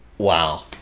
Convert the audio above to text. Wow